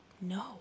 no